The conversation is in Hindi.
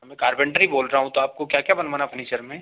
हाँ मैं कारपेंटर ही बोल रहा हूँ तो आपको क्या क्या बनवाना फ़र्नीचर में